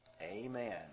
Amen